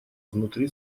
внутри